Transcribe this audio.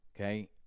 Okay